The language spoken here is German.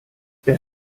wer